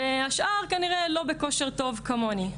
והשאר כנראה לא בכושר טוב כמוני.